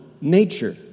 Nature